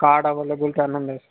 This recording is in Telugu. కార్డ్ అవైలబిలిటీ అన్నీ ఉన్నాయి సార్